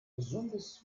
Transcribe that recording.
gesundes